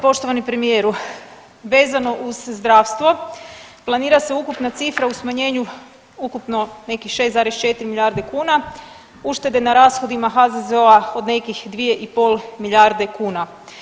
Poštovani premijeru, vezano uz zdravstvo, planira se ukupna cifra u smanjenju ukupno nekih 6,4 milijarde kuna, uštede na rashodima HZZO od nekih 2,5 milijarde kuna.